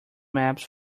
maps